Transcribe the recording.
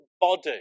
body